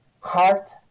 heart